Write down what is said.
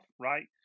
right